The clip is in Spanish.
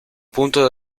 punto